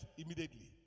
immediately